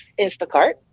Instacart